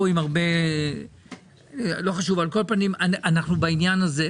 אנחנו בעניין הזה.